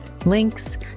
links